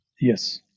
Yes